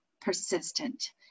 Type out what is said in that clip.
persistent